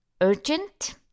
Urgent